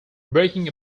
breaking